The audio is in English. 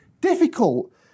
difficult